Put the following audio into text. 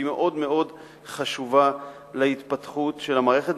והיא מאוד מאוד חשובה להתפתחות של המערכת.